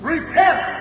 Repent